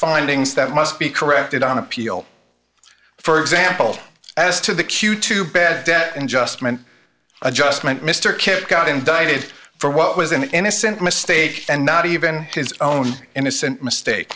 findings that must be corrected on appeal for example as to the cue to bad debt and just meant adjustment mr kid got indicted for what was an innocent mistake and not even his own innocent mistake